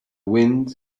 wind